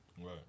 Right